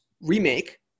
remake